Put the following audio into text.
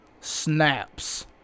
snaps